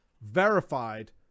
verified